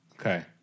Okay